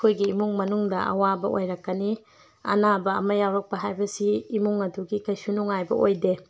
ꯑꯩꯈꯣꯏꯒꯤ ꯏꯃꯨꯡ ꯃꯅꯨꯡꯗ ꯑꯋꯥꯕ ꯑꯣꯏꯔꯛꯀꯅꯤ ꯑꯅꯥꯕ ꯑꯃ ꯌꯥꯎꯔꯛꯄ ꯍꯥꯏꯕꯁꯤ ꯏꯃꯨꯡ ꯑꯗꯨꯒꯤ ꯀꯩꯁꯨ ꯅꯨꯡꯉꯥꯏꯕ ꯑꯣꯏꯗꯦ